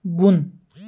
بۄن